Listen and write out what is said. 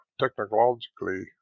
technologically